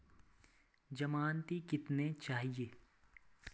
ज़मानती कितने चाहिये?